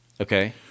Okay